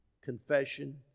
confession